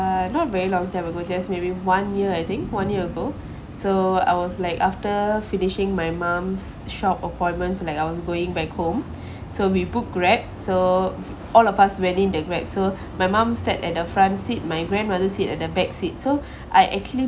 uh not very long time ago just maybe one year I think one year ago so I was like after finishing my mom's shop appointments like I was going back home so we book grab so all of us went in the grab so my mom sat the front seat my grandmother sit at the back seat so I actually